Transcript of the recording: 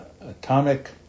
atomic